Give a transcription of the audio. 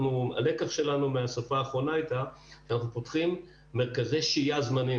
הלקח שלנו מהשרפה האחרונה היה שאנחנו פותחים מרכזי שהייה זמניים,